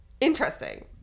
interesting